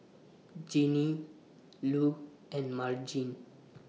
Ginny Lu and Margene